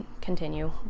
continue